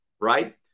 right